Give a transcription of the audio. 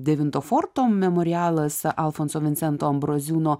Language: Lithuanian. devinto forto memorialas alfonso vincento ambraziūno